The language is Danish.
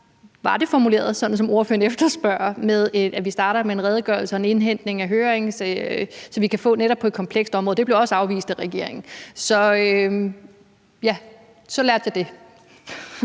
var det formuleret, sådan som ordføreren efterspørger, nemlig at vi starter med en redegørelse og en indhentning af høringssvar på det her komplekse område. Det blev også afvist af regeringen. Så lærte jeg det.